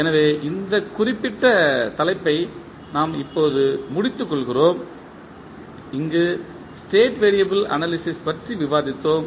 எனவே இந்த குறிப்பிட்ட தலைப்பை நாம் முடித்துக் கொள்கிறோம் அங்கு ஸ்டேட் வேரியபிள் அனாலிசிஸ் பற்றி விவாதித்தோம்